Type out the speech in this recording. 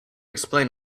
explain